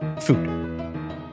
food